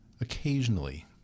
Occasionally